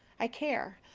i care.